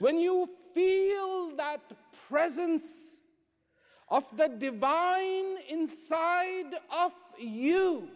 when you feel that the presence of the divine inside of you